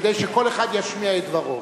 כדי שכל אחד ישמיע את דברו.